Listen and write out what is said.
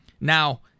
Now